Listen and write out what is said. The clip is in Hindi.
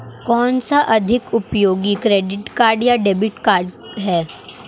कौनसा अधिक उपयोगी क्रेडिट कार्ड या डेबिट कार्ड है?